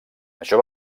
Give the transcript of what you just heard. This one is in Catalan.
això